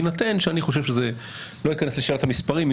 לא אכנס לשאלת המספרים,